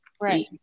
right